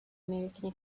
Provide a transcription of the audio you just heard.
american